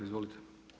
Izvolite.